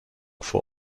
for